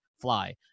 fly